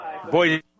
Boy